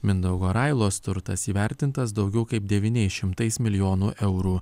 mindaugo railos turtas įvertintas daugiau kaip devyniais šimtais milijonų eurų